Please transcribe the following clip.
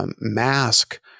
Mask